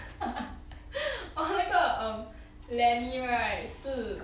oh 那个 um lany right 是